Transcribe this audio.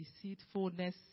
deceitfulness